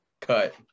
cut